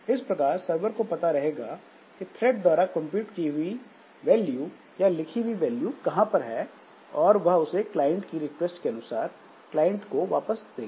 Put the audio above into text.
इस प्रकार सरवर को पता रहेगा कि थ्रेड द्वारा कंप्यूट की हुई वैल्यू या लिखी हुई वैल्यू कहां पर है और वह उसे क्लाइंट की रिक्वेस्ट के अनुसार क्लाइंट को वापस देगा